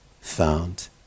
found